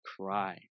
cry